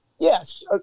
Yes